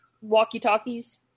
walkie-talkies